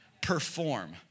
Perform